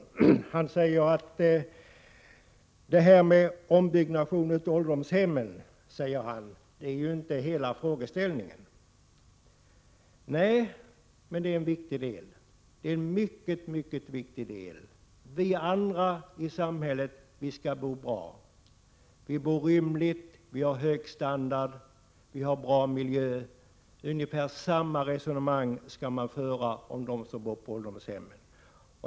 Han sade att frågan om ombyggnation av ålderdomshemmen inte var hela frågeställningen. Nej, men det är en viktig del, en mycket, mycket viktig del. Vi andra i samhället skall bo bra — vi bor rymligt, vi har hög standard, och vi har bra miljö. Ungefär samma resonemang skall man föra om dem som bor på ålderdomshem.